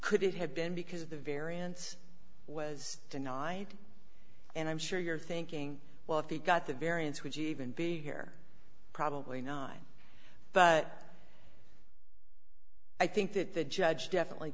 could it have been because the variance was denied and i'm sure you're thinking well if he got the variance would you even be here probably nine but i think that the judge definitely